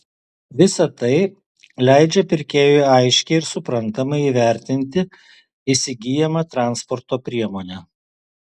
visa tai leidžia pirkėjui aiškiai ir suprantamai įvertinti įsigyjamą transporto priemonę